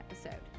episode